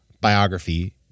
biography